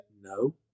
No